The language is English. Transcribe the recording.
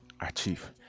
achieve